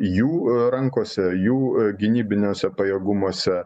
jų rankose jų gynybiniuose pajėgumuose